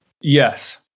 Yes